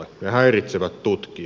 ne häiritsevät tutkia